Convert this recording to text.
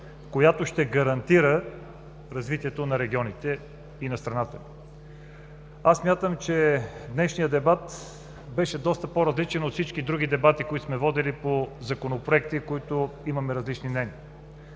която ще гарантира развитието на регионите и на страната ни. Смятам, че днешният дебат беше доста по-различен от всички други дебати, които сме водили по законопроекти, по които имаме различни мнения.